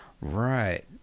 Right